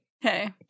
Hey